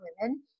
women